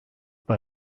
bei